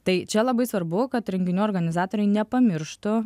tai čia labai svarbu kad renginių organizatoriai nepamirštų